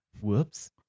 whoops